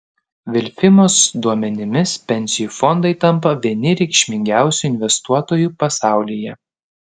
vilfimos duomenimis pensijų fondai tampa vieni reikšmingiausių investuotojų pasaulyje